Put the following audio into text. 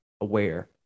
aware